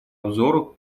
обзору